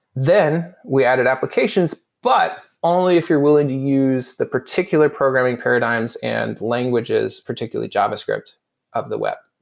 then we added applications, but only if you're willing to use the particular programming paradigms and languages, particularly javascript of the web